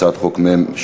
הצעת חוק מ/866,